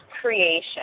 creation